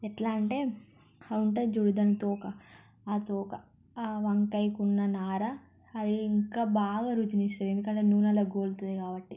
ఎట్లా అంటే అదుంటుంది చూడు దాని తోక ఆ తోక ఆ వంకాయకున్న నారా అది ఇంకా బాగా రుచినిస్తుంది ఎందుకంటే నూనెలో గోలుతుంది కాబట్టి